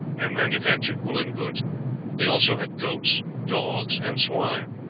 and manufactured woollen goods they also had goats, dogs, and swine.